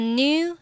new